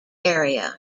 area